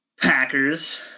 Packers